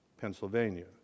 Pennsylvania